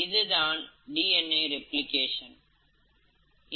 இதுதான் DNA replication